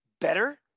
better